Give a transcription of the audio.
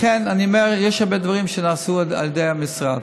לכן אני אומר שיש הרבה דברים שנעשו על ידי המשרד.